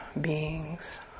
beings